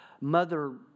mother